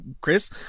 Chris